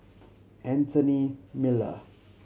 Anthony Miller